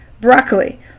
Broccoli